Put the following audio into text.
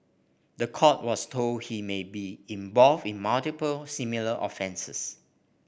the court was told he may be involved in multiple similar offences